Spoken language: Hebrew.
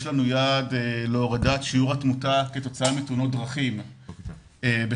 יש לנו יעד להורדת שיעור התמותה כתוצאה מתאונות דרכים ב-35%;